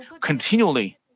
continually